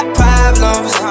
problems